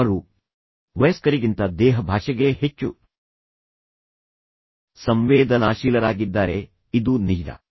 ಅವರು ವಯಸ್ಕರಿಗಿಂತ ದೇಹ ಭಾಷೆಗೆ ಹೆಚ್ಚು ಸಂವೇದನಾಶೀಲರಾಗಿದ್ದಾರೆ ಇದು ನಿಜ